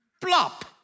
Plop